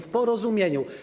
W porozumieniu.